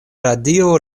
radio